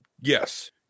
yes